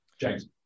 James